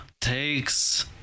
takes